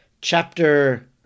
Chapter